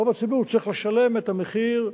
רוב הציבור צריך לשלם את המחיר הרגיל,